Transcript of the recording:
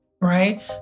right